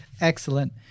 Excellent